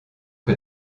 que